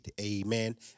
Amen